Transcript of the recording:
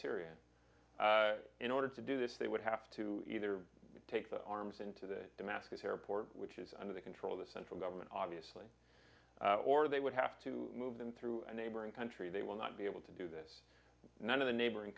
syria and in order to do this they would have to either take the arms into the damascus airport which is under the control of the central government obviously or they would have to move them through a neighboring country they will not be able to do this none of the neighboring